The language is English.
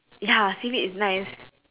ya I've seen it it's nice